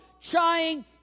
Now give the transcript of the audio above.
trying